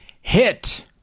Hit